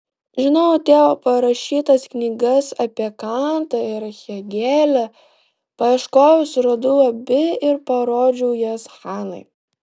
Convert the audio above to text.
žinojau tėvo parašytas knygas apie kantą ir hėgelį paieškojau suradau abi ir parodžiau jas hanai